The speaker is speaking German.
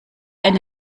eine